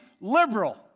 liberal